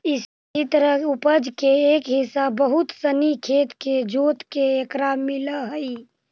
इसी तरह उपज के एक हिस्सा बहुत सनी खेत के जोतके एकरा मिलऽ हइ